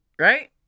Right